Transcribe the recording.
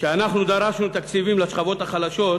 כשאנחנו דרשנו תקציבים לשכבות החלשות,